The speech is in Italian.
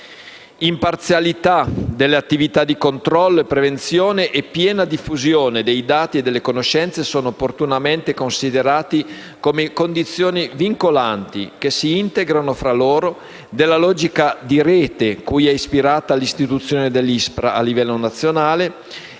Imparzialità delle attività di controllo e prevenzione e piena diffusione dei dati e delle conoscenze sono opportunamente considerati come condizioni vincolanti, che si integrano fra loro, della logica di rete cui è ispirata l'istituzione dell'ISPRA a livello nazionale,